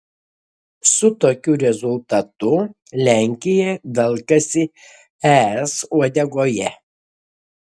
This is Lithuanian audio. su tokiu rezultatu lenkija velkasi es uodegoje